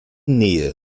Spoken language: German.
nähe